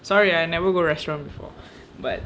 sorry I never go restaurant before but